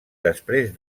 després